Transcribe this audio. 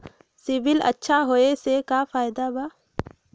CIBIL अच्छा होऐ से का फायदा बा?